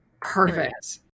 perfect